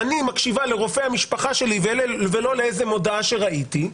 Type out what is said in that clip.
אני מקשיבה לרופא המשפחה שלי ולא לאיזו מודעה שראיתי,